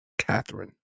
Catherine